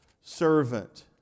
servant